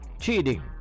cheating